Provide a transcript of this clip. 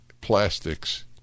plastics